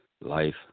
life